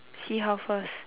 see how first